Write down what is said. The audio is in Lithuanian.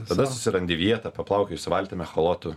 tada susirandi vietą paplaukioji su valtim echolotu